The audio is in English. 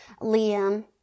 Liam